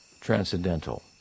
transcendental